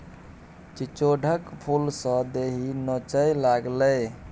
चिचोढ़क फुलसँ देहि नोचय लागलै